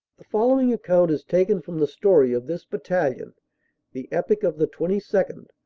the following account is taken from the story of this bat talion the epic of the twenty second,